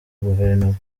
guverinoma